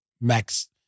Max